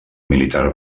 militar